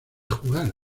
jugar